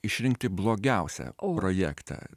išrinkti blogiausią projektą